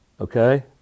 okay